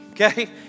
okay